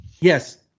Yes